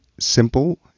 simple